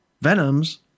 Venom's